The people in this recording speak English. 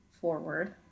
forward